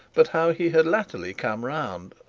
but how he had latterly come round,